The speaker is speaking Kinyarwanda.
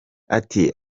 ati